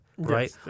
Right